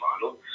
final